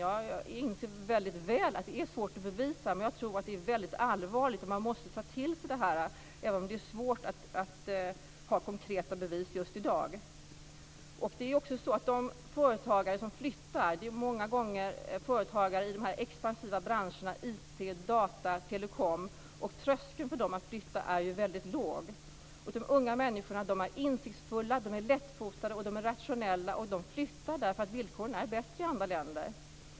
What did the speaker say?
Jag inser väldigt väl att det är svårt att bevisa den. Men jag tycker att det är väldigt allvarligt och att man måste ta till sig detta, även om det är svårt att ha konkreta bevis just i dag. De företagare som flyttar är många gånger företagare i de expansiva branscherna IT, data och telecom. Tröskeln för dem att flytta är ju väldigt låg. De unga människorna är insiktsfulla, de är lättfotade och de är rationella. De flyttar därför att villkoren är bättre i andra länder.